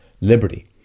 liberty